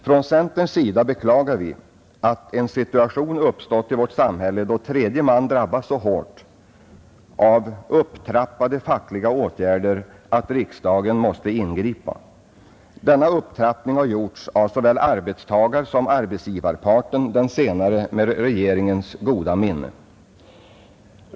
Från centerns sida beklagar vi att en situation uppstått i vårt samhälle då tredje man drabbas så hårt av upptrappade fackliga åtgärder att riksdagen måste ingripa. Denna upptrappning har gjorts av såväl arbetstagarsom arbetsgivarparten, den senare med regeringens goda minne.